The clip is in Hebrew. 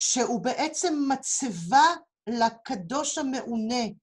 ‫שהוא בעצם מצבה לקדוש המעונה.